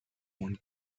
one